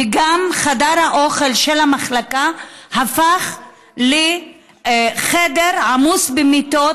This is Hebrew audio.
וגם חדר האוכל של המחלקה הפך לחדר עמוס במיטות,